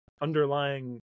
underlying